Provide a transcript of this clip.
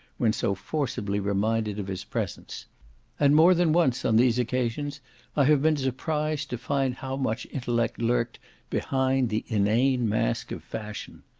when so forcibly reminded of his presence and more than once on these occasions i have been surprised to find how much intellect lurked behind the inane mask of fashion.